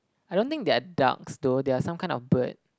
I don't think they are ducks though they are some kind of bird